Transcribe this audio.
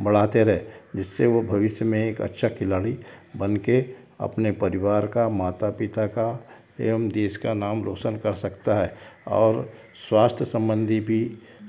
बढ़ाते रहे जिससे वो भविष्य में एक अच्छा खिलाड़ी बन के अपने परिवार का माता पिता का एवं देश का नाम रोशन कर सकता है और स्वास्थ्य संबंधी भी